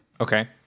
Okay